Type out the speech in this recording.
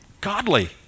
godly